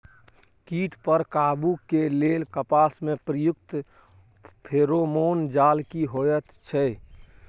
कीट पर काबू के लेल कपास में प्रयुक्त फेरोमोन जाल की होयत छै?